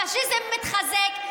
הפאשיזם מתחזק,